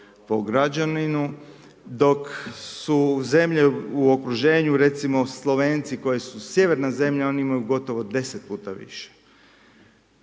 po građaninu, dok su zemlje u okruženju, recimo Slovenci, koja su sjeverna zemlja, oni imaju gotovo 10 puta više.